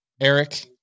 Eric